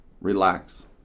relax